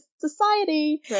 society